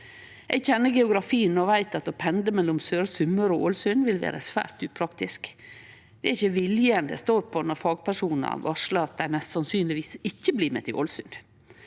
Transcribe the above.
Eg kjenner geografien og veit at å pendle mellom Søre Sunnmøre og Ålesund vil vere svært upraktisk. Det er ikkje viljen det står på når fagpersonar varslar at dei mest sannsynleg ikkje blir med til Ålesund.